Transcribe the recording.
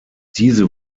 diese